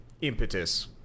Impetus